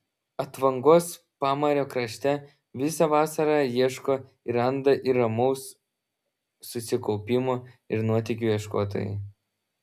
atvangos pamario krašte visą vasarą ieško ir randa ir ramaus susikaupimo ir nuotykių ieškotojai